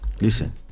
listen